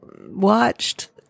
watched